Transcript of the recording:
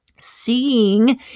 Seeing